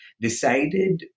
decided